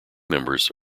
members